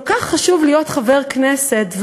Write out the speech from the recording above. כל כך חשוב להיות חבר כנסת,